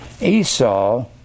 Esau